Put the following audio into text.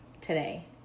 today